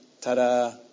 Ta-da